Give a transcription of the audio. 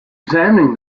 examining